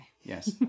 Yes